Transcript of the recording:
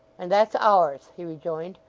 and that's ours he rejoined,